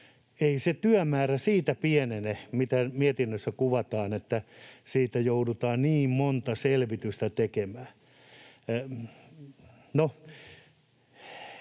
Ei se työmäärä siitä pienene, miten mietinnössä kuvataan, että siitä joudutaan niin monta selvitystä tekemään.